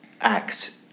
act